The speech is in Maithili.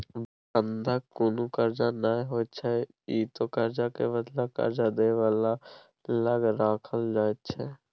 बंधक कुनु कर्जा नै होइत छै ई त कर्जा के बदला कर्जा दे बला लग राखल जाइत छै